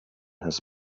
his